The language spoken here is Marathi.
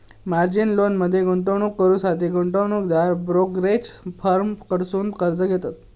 मार्जिन लोनमध्ये गुंतवणूक करुसाठी गुंतवणूकदार ब्रोकरेज फर्म कडसुन कर्ज घेता